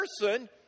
person